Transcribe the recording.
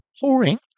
pouring